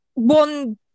One